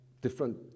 different